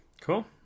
Cool